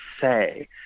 say